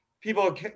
people